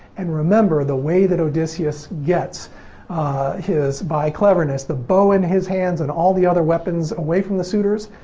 and remember, the way that odysseus gets his, by cleverness, the bow in his hands and all the other weapons away from the suitors,